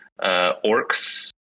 Orcs